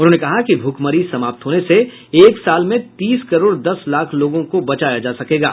उन्होंने कहा कि भुखमरी समाप्त होने से एक साल में तीस करोड़ दस लाख लोगों को बचाया जा सकता है